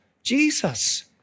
Jesus